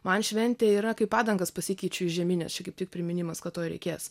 man šventė yra kai padangas pasikeičiu į žiemines čia kaip tik priminimas kad tuoj reikės